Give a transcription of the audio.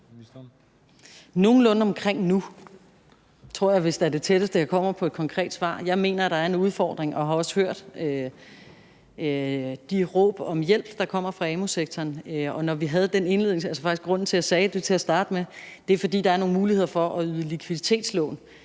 Nogenlunde omkring nu – det tror jeg vist er det tætteste, jeg kommer på et konkret svar. Jeg mener, at der er en udfordring og har også hørt de råb om hjælp, der kommer fra amu-sektoren. Når der var den indledning, altså faktisk grunden til, at jeg sagde det til at starte med, så er det, fordi der allerede er nogle muligheder for at yde likviditetslån,